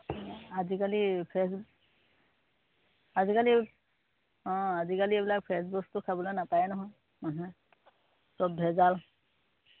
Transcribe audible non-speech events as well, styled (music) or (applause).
আজিকালি (unintelligible) আজিকালি অঁ আজিকালি এইবিলাক ফ্ৰেছ বস্তু খাবলৈ নাপায় নহয় মানুহে চব ভেজাল